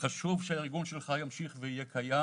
חשוב שהארגון שלך ימשיך ויהיה קיים.